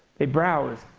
they browse.